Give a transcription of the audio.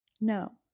no